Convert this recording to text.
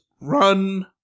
run